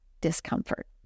discomfort